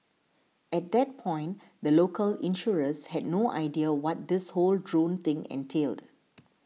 at that point the local insurers had no idea what this whole drone thing entailed